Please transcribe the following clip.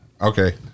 Okay